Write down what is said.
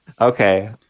Okay